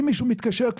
אם מישהו כבר מתקשר,